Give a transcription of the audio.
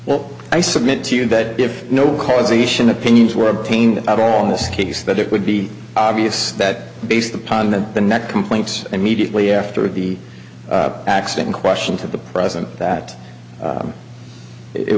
well i submit to you that if no causation opinions were obtained at all in this case that it would be obvious that based upon the net complaints and mediately after the accident in question to the present that